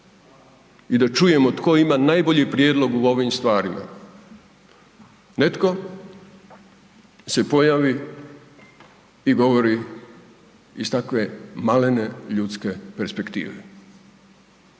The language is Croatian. i da čujemo tko ima najbolji prijedlog u ovim stvarima, netko se pojavi i govori iz takve malene ljudske perspektive